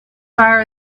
far